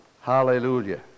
Hallelujah